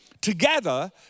together